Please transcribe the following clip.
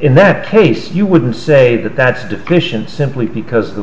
in that case you wouldn't say that that's deficient simply because